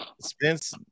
Spence